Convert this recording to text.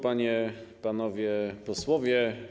Panie, Panowie Posłowie!